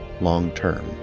long-term